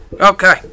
Okay